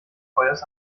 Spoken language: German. feuers